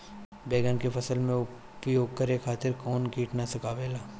बैंगन के फसल में उपयोग करे खातिर कउन कीटनाशक आवेला?